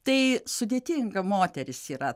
tai sudėtinga moteris yra